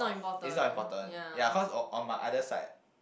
it's not important ya cause on my other side